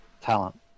talent